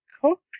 cook